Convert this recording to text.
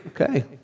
Okay